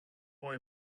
boy